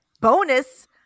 Bonus